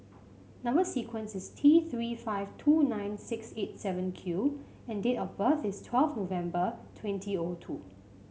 number sequence is T Three five two nine six eight seven Q and date of birth is twelfth of November twenty O two